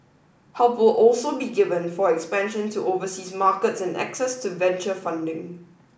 help all also be given for expansion to overseas markets and access to venture funding